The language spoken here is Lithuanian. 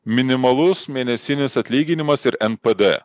minimalus mėnesinis atlyginimas ir npd